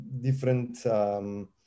different